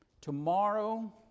Tomorrow